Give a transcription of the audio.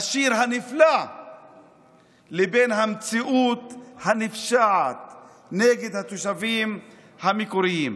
השיר הנפלא לבין המציאות הנפשעת נגד התושבים המקוריים.